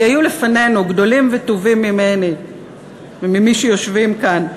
כי היו לפנינו גדולים וטובים ממני וממי שיושבים כאן,